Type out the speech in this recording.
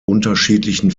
unterschiedlichen